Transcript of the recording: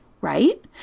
right